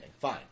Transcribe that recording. Fine